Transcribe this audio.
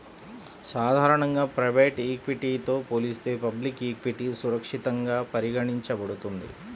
సాధారణంగా ప్రైవేట్ ఈక్విటీతో పోలిస్తే పబ్లిక్ ఈక్విటీ సురక్షితంగా పరిగణించబడుతుంది